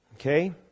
Okay